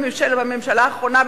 בממשלה האחרונה,